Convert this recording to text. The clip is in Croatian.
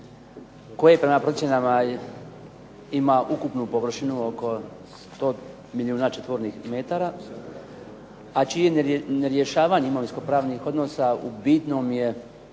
koje prema procjenama ima ukupnu površinu oko 100 milijuna četvornih metara, a čije nerješavanje imovinsko-pravnih odnosa u bitnom je